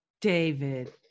David